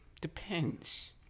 Depends